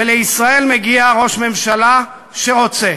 ולישראל מגיע ראש ממשלה שרוצה.